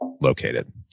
located